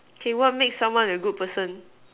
okay what make someone a good person